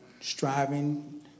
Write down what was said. striving